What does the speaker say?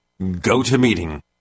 GoToMeeting